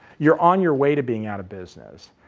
you're on your way to being out of business.